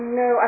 no